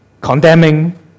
condemning